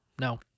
No